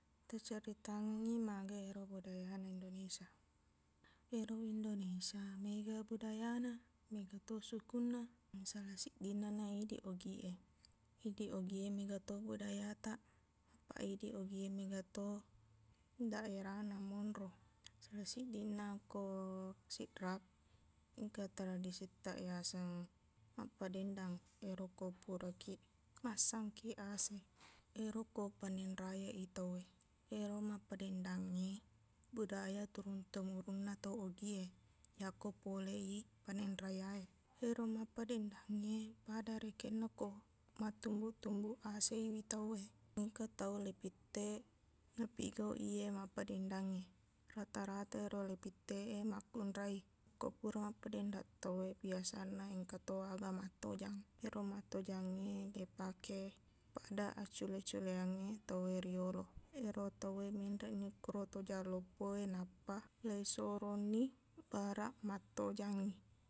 Taceritangngi maga ero budayana Indonesia. Ero Indonesia, mega budayana, megato sukunna. Masala siddinna na idiq Ogiq e. Idiq Ogiq e megato budayataq. Apaq idiq Ogiq e megato daerahna monro, sala siddinna ko Sidrap. Engka tradisittaq yaseng mappadendang. Ero ko purakiq massangki ase, ero ko panen raya i tauwe. Ero mappadendangnge budaya turun temurunna to Ogiq e, yakko pole i panen raya e. Ero mappadendangnge, pada rekenna ko mattumbuk-tumbuk asewi tauwe. Engka tau leipitteq napigauq iye mappadendangnge. Rata-rata ero leipitteq e makkunrai. Ko pura mappadendang tauwe, biasanna engkato aga mattojang. Ero mattojangnge, leipake pada accule-culeyangnge tauwe riyolo. Ero tauwe menreqni ko tojang loppowe, nappa leisoronni baraq mattojangngi.